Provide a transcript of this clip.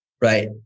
Right